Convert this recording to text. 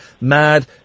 Mad